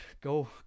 go